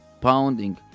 pounding